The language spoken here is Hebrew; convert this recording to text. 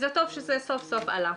זה טוב שזה סוף סוף עלה.